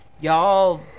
y'all